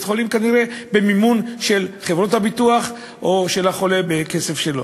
כנראה במימון של חברות הביטוח או של החולה מהכסף שלו.